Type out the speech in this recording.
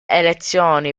elezioni